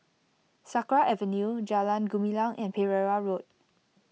Sakra Avenue Jalan Gumilang and Pereira Road